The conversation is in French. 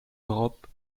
europe